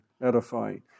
edifying